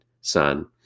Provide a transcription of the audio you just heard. son